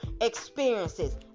experiences